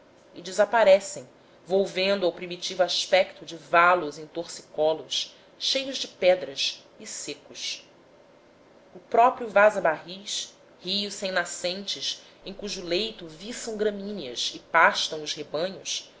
e desaparecem volvendo ao primitivo aspecto de valores em torcicolos cheios de pedras e secos o próprio vaza barris rio sem nascentes em cujo leito viçam gramíneas e pastam os rebanhos